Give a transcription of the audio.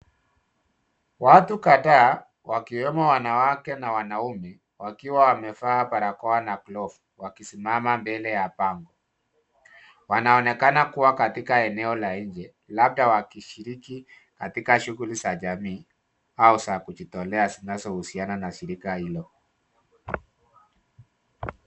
Watu kadhaa wakiwemo wanawake na wanaume, wakiwa wamevaa barakoa na glovu wakisimama mbele ya bango. Wanaonekana kuwa katika eneo la nje labda wakishiriki katika shughuli za jamii au za kujitolea zinazohusiana na shirika hilo.